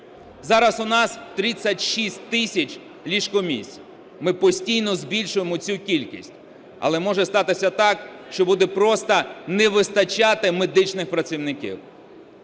Зараз у нас 36 тисяч ліжко-місць. Ми постійно збільшуємо цю кількість. Але може статися так, що буде просто не вистачати медичних працівників.